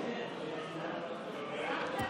סיעת הליכוד,